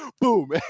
Boom